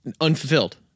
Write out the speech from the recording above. unfulfilled